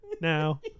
now